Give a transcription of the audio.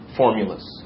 formulas